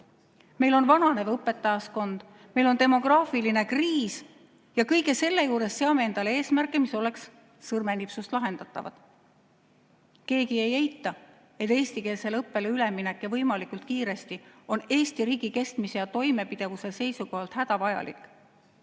Meil on vananev õpetajaskond, meil on demograafiline kriis ja kõige selle juures seame endale eesmärke, mis oleks sõrmenipsust lahendatavad. Keegi ei eita, et eestikeelsele õppele üleminek võimalikult kiiresti on Eesti riigi kestmise ja toimepidevuse seisukohalt hädavajalik. Samas